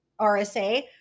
RSA